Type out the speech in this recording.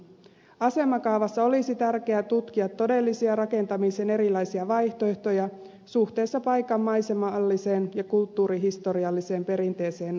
asemakaavassa olisi tärkeää tutkia todellisia rakentamisen erilaisia vaihtoehtoja suhteessa paikan maisemalliseen ja kulttuurihistorialliseen perinteeseen